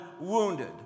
wounded